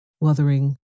Wuthering